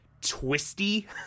twisty